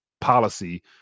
Policy